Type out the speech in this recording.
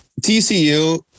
TCU